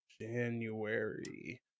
January